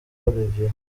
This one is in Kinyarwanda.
olivier